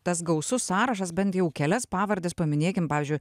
tas gausus sąrašas bent jau kelias pavardes paminėkim pavyzdžiui